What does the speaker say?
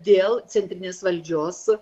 dėl centrinės valdžios